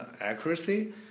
accuracy